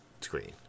screen